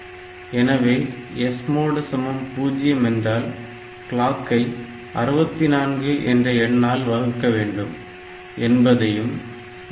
எனவே SMOD 0 என்றால் கிளாக்கை 64 என்ற எண்ணால் வகுக்க வேண்டும் என்பதையும் அதுபோல